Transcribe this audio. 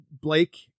blake